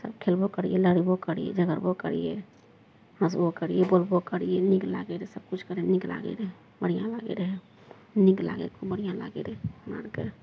खेलबो करियै लड़बो करियै झगड़बो करियै हँसबो करियै बोलबो करियै नीक लागय रहय सभकिछु करयमे नीक लागय रहय बढ़िआँ लागय रहय नीक लागय खूब बढ़िआँ लागय रहय हमरा आरके